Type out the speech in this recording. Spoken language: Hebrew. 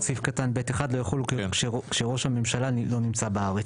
סעיף קטן (ב1) לא יחולו כשראש הממשלה לא נמצא בארץ'.